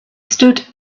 stood